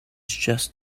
just